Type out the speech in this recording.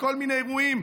בכל מיני אירועים,